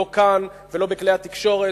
לא כאן ולא בכלי התקשורת.